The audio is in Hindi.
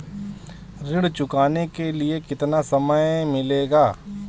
ऋण चुकाने के लिए कितना समय मिलेगा?